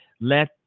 Let